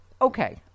Okay